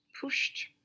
pushed